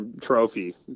trophy